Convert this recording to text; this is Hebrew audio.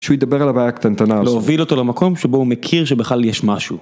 כשהוא ידבר על הבעיה הקטנטנה הזאת, להוביל אותו למקום שבו הוא מכיר שבכלל יש משהו.